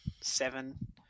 seven